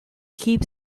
keep